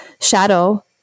shadow